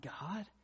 God